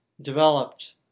developed